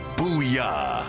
Booyah